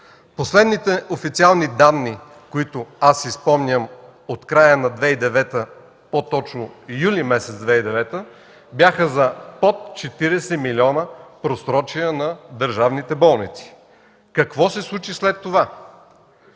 Последните официални данни, които аз си спомням, от края на юли месец 2009 г. бяха за под 40 милиона просрочия на държавните болници. Какво се случи след това?